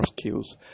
skills